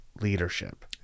leadership